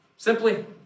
Simply